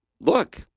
look